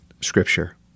Scripture